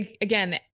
again